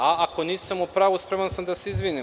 A ako nisam u pravu spreman sam da se izvinim.